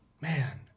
Man